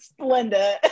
Splenda